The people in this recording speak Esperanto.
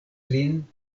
lin